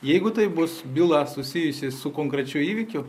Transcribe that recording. jeigu taip bus byla susijusi su konkrečiu įvykiu